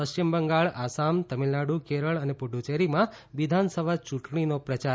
પશ્ચિમ બંગાળ આસામ તમિલનાડુ કેરળ અને પુડુચેરીમાં વિધાનસભા યૂંટણીનો પ્રચાર